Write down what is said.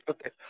Okay